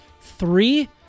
three